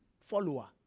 follower